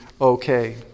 okay